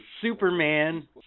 Superman